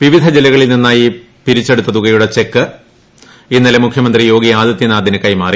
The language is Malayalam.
വിവിധ ജില്ല്കളിൽ നിന്നായി പിരിച്ചെടുത്ത തുകയുടെ ചെക്ക് ഇന്നലെ മുഖ്യമന്ത്രി യോഗി ആദിത്യ നാഥിന് കൈമാറി